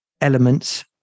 elements